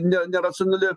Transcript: ne neracionali